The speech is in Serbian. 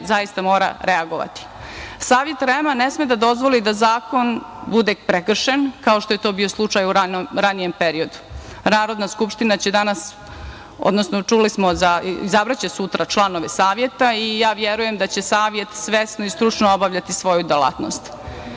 zaista mora reagovati. Savet REM-a ne sme da dozvoli da zakon bude prekršen kao što je to bio slučaj u ranijem periodu. Narodna skupština će danas, odnosno sutra će izabrati članove Saveta i ja verujem da će Savet svesno i stručno obavljati svoju delatnost. Takođe